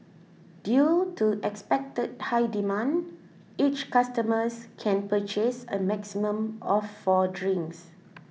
due to expected high demand each customer can purchase a maximum of four drinks